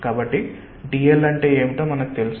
కాబట్టి dl అంటే ఏమిటో మనకు తెలుసు